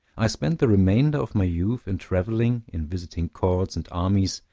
i spent the remainder of my youth in traveling, in visiting courts and armies,